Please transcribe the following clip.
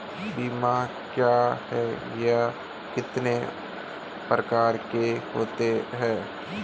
बीमा क्या है यह कितने प्रकार के होते हैं?